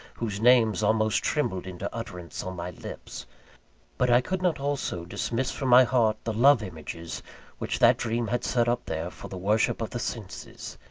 whose names almost trembled into utterance on my lips but i could not also dismiss from my heart the love-images which that dream had set up there for the worship of the senses.